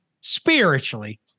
spiritually